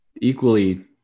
Equally